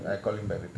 where's your phone